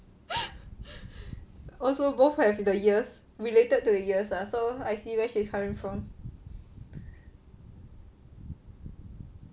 also both have the ears related to the ears lah so I see where she is coming from